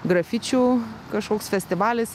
grafičių kažkoks festivalis